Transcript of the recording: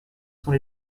sont